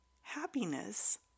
happiness